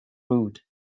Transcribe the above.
rude